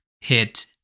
hit